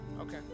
okay